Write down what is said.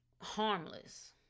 harmless